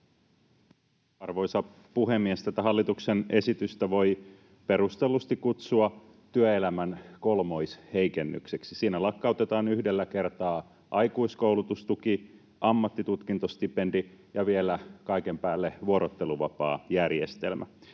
Arvoisa puhemies! Tätä hallituksen esitystä voi perustellusti kutsua työelämän kolmoisheikennykseksi. Siinä lakkautetaan yhdellä kertaa aikuiskoulutustuki, ammattitutkintostipendi ja vielä kaiken päälle vuorotteluvapaajärjestelmä.